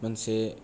मोनसे